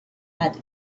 had